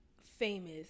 famous